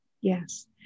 yes